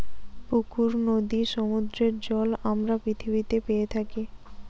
পুকুর, নদীর, সমুদ্রের জল আমরা পৃথিবীতে পেয়ে থাকি